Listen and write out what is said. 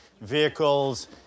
vehicles